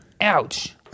Ouch